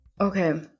Okay